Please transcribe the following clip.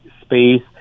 space